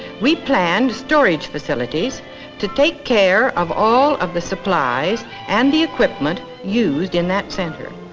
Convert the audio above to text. we planned storage facilities to take care of all of the supplies and the equipment used in that center.